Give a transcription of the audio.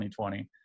2020